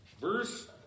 Verse